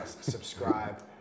Subscribe